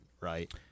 right